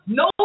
no